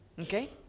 Okay